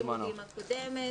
-- אושר בשנת הלימודים הקודמת,